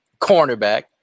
cornerback